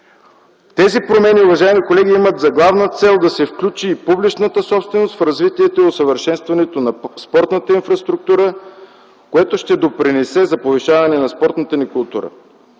Тези промени, уважаеми колеги, имат за главна цел публичната собственост да се включи в развитието и усъвършенстването на спортната инфраструктура, което ще допринесе за повишаване на спортната ни култура.